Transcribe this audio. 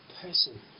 person